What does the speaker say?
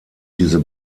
diese